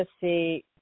see